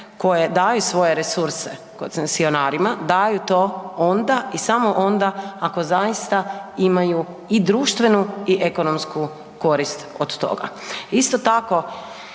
koje daju svoje resurse koncesionarima, daju to onda i samo onda ako zaista imaju i društvenu i ekonomsku korist od toga. Isto tako